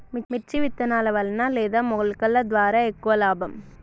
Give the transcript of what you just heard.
మిర్చి విత్తనాల వలన లేదా మొలకల ద్వారా ఎక్కువ లాభం?